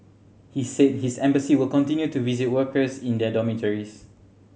he said his embassy will continue to visit workers in their dormitories